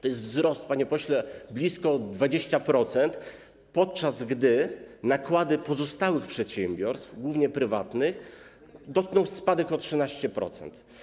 To jest wzrost, panie pośle, blisko o 20%, podczas gdy nakłady pozostałych przedsiębiorstw, głównie prywatnych, dotknął spadek o 13%.